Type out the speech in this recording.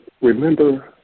Remember